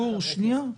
גור, שנייה.